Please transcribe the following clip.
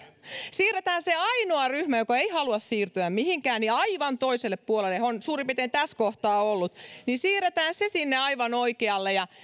siirretään se ainoa ryhmä joka ei halua siirtyä mihinkään aivan toiselle puolelle kun he ovat suurin piirtein tässä kohtaa olleet niin siirretään heidät sinne aivan oikealle ja